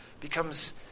becomes